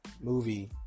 movie